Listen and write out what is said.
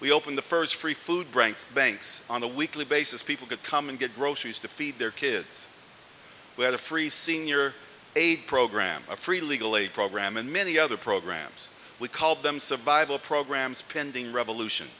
we opened the first free food banks banks on a weekly basis people could come and get groceries to feed their kids where the free senior aid program a free legal aid program and many other programs we call them survival programs pending revolution